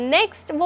Next